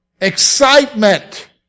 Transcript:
excitement